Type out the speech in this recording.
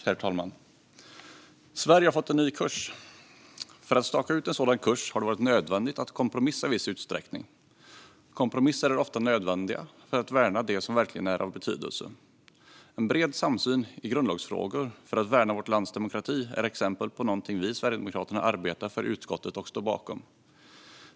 Herr talman! Sverige har fått en ny kurs. För att staka ut en sådan kurs har det varit nödvändigt att kompromissa i viss utsträckning. Kompromisser är ofta nödvändiga för att värna det som verkligen är av betydelse. En bred samsyn i grundlagsfrågor för att värna vårt lands demokrati är exempel på något som vi sverigedemokrater arbetar för i utskottet och står bakom.